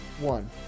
one